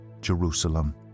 Jerusalem